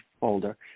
folder